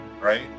right